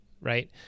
right